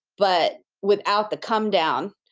but without the come down.